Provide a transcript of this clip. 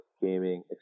gaming